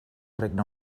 regne